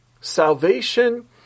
salvation